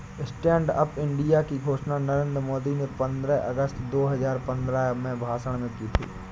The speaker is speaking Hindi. स्टैंड अप इंडिया की घोषणा नरेंद्र मोदी ने पंद्रह अगस्त दो हजार पंद्रह में भाषण में की थी